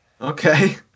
Okay